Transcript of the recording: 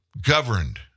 governed